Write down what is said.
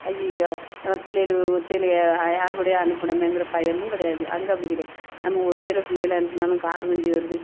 ஐயயோ பிள்ளைகள் ஒத்தையில் யா யார்கூடயோ அனுப்புனோமேங்கிற பயமும் கிடயாது அங்கே அப்படி கிடயாது நம்ம ஒத்தையில பிள்ளைகளை அனுப்புனாலும் கார் வண்டி வருது